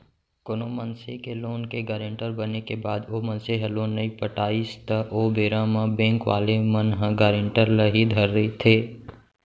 कोनो मनसे के लोन के गारेंटर बने के बाद ओ मनसे ह लोन नइ पटाइस त ओ बेरा म बेंक वाले मन ह गारेंटर ल ही धरथे